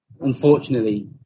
unfortunately